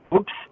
oops